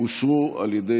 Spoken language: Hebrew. נתקבלו.